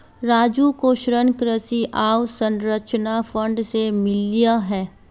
राजू को ऋण कृषि अवसंरचना फंड से मिला है